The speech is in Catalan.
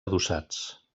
adossats